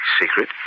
Secret